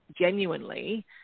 genuinely